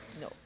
No